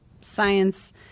science